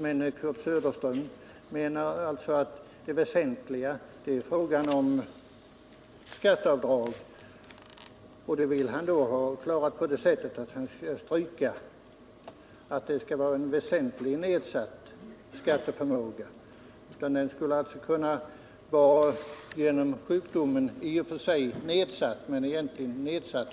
Men Kurt Söderström menar alltså att det väsentliga är frågan om skatteavdrag, och han vill ändra bestämmelsen om att det skall vara fråga om en väsentligt nedsatt skatteförmåga så att nedsättningen av skatteförmågan på grund av sjukdom skall kunna föranleda skatteavdrag,